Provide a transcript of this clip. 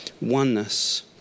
oneness